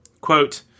quote